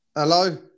hello